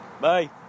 Bye